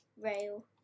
rail